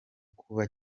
kuba